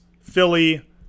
Philly